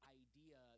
idea